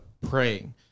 praying